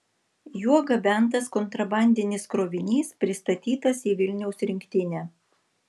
juo gabentas kontrabandinis krovinys pristatytas į vilniaus rinktinę